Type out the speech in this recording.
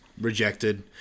rejected